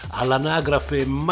all'anagrafe